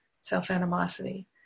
self-animosity